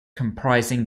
comprising